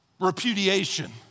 repudiation